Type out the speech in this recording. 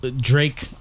Drake